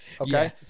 Okay